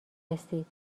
رسید